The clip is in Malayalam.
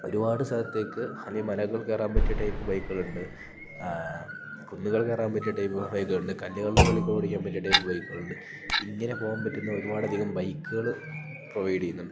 ഒരുപാട് സ്ഥലത്തേക്ക് അല്ലെൽ മലകൾ കയറാൻ പറ്റിയ ടൈപ്പ് ബൈക്കുകളുണ്ട് കുന്നുകൾ കയറാൻ പറ്റിയ ടൈപ്പ് ബൈക്കുകളുണ്ട് കല്ലുകളുടെ മുകളിൽ കൂടെ ഓടിക്കാൻ പറ്റിയ ടൈപ്പ് ബൈക്കുകളുണ്ട് ഇങ്ങനെ പോവാൻ പറ്റുന്ന ഒരുപാടധികം ബൈക്കുകൾ പ്രൊവൈഡ് ചെയ്യുന്നുണ്ട്